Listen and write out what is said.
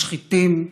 משחיתים,